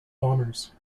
bombers